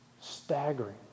staggering